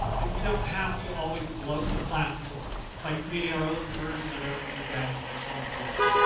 we don't have to always bloat the platform by creating our own version of every new gadget that comes along.